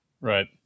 Right